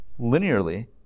linearly